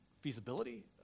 feasibility